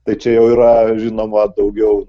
tai čia yra žinoma daugiau